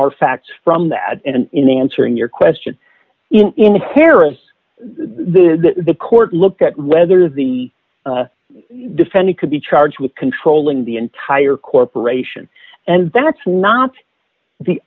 our facts from that and in answering your question in paris the the court looked at whether the defendant could be charged with controlling the entire corporation and that's not the